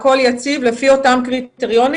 הכול יציב לפי אותם קריטריונים.